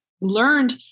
learned